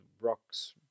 rocks